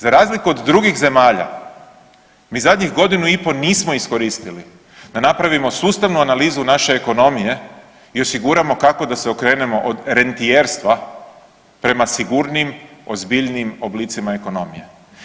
Za razliku od drugih zemalja mi zadnjih godinu i po nismo iskoristili da napravimo sustavnu analizu naše ekonomije i osiguramo kako da se okrenemo od rentijerstva prema sigurnijim, ozbiljnijim oblicima ekonomije.